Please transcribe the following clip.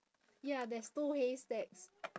ya there's two haystacks